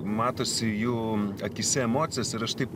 matosi jų akyse emocijos ir aš taip